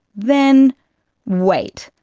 then wait,